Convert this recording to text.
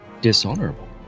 dishonorable